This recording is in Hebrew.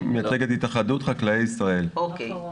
דנינו,